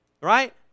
right